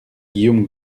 guillaume